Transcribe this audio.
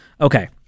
okay